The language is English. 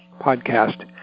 podcast